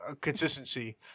consistency